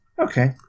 Okay